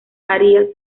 arias